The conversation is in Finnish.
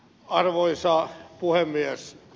arvoisa puhemies